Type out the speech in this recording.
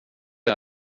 det